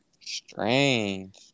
Strange